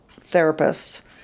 therapists